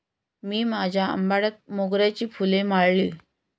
मी माझ्या आंबाड्यात मोगऱ्याची फुले माळली